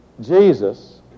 Jesus